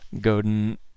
Godin